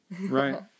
Right